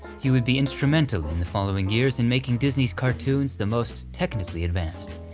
he would be instrumental in the following years in making disney's cartoons the most technically advanced,